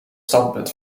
standpunt